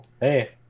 Hey